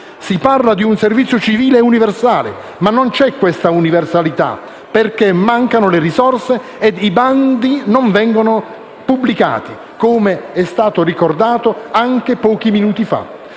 Si parla di un servizio civile universale, ma non c'è questa universalità perché mancano le risorse e i bandi non vengono pubblicati, come è stato ricordato. Si danno una